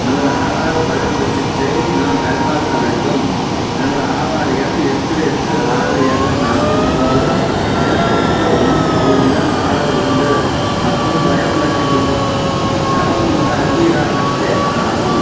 எனது ஆதார் பயோமெட்ரிக்ஸை நான் சரிபார்க்க வேண்டும் எனது ஆதார் எண் எட்டு எட்டு ஆறு ஏழு நாலு ஒம்பது ஏழு எட்டு ஒன்று பூஜ்ஜியம் ஆறு ரெண்டு மற்றும் பயோமெட்ரிக் இது தரவு முக அங்கீகார ஸ்கேன் ஆகும்